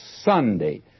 Sunday